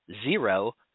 zero